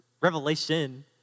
Revelation